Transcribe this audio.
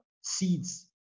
seeds